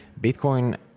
Bitcoin